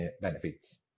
benefits